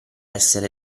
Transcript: essere